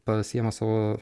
pasiima savo